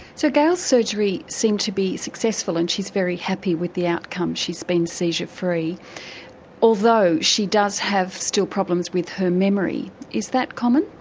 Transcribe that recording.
so gail's surgery seemed to be successful and she's very happy with the outcome she's been seizure free although she does have still problems with her memory. is that common?